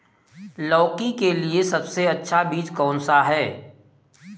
लौकी के लिए सबसे अच्छा बीज कौन सा है?